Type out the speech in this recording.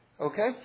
okay